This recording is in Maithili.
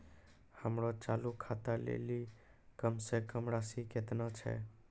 हमरो चालू खाता लेली कम से कम राशि केतना छै?